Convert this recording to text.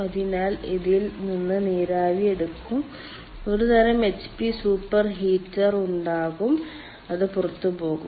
അതിനാൽ ഇതിൽ നിന്ന് നീരാവി എടുക്കും ഒരു തരം HP സൂപ്പർ ഹീറ്റർ ഉണ്ടാകും അത് പുറത്തുപോകും